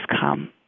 come